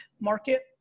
market